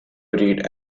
read